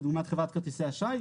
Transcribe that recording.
כדוגמת חברת כרטיסי אשראי,